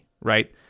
Right